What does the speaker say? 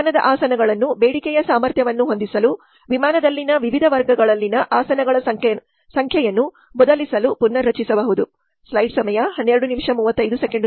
ವಿಮಾನದ ಆಸನಗಳನ್ನು ಬೇಡಿಕೆಯ ಸಾಮರ್ಥ್ಯವನ್ನು ಹೊಂದಿಸಲು ವಿಮಾನದಲ್ಲಿನ ವಿವಿಧ ವರ್ಗಗಳಲ್ಲಿನ ಆಸನಗಳ ಸಂಖ್ಯೆಯನ್ನು ಬದಲಿಸಲು ಪುನರ್ರಚಿಸಬಹುದು